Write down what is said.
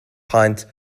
pint